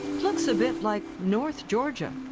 looks a bit like north georgia,